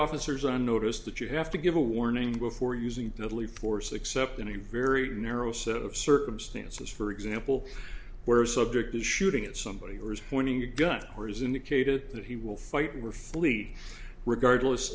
officers on notice that you have to give a warning before using deadly force except in a very narrow set of circumstances for example where a subject is shooting at somebody or is pointing a gun or has indicated that he will fight with fully regardless